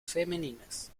femeninas